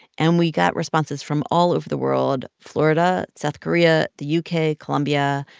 and we got responses from all over the world florida, south korea, the u k, colombia.